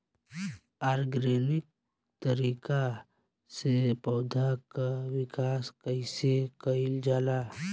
Organic तरीका से पौधा क विकास कइसे कईल जाला?